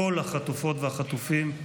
כל החטופות והחטופים,